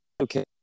Okay